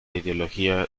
ideología